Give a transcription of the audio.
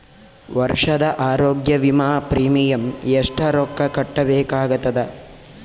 ವರ್ಷದ ಆರೋಗ್ಯ ವಿಮಾ ಪ್ರೀಮಿಯಂ ಎಷ್ಟ ರೊಕ್ಕ ಕಟ್ಟಬೇಕಾಗತದ?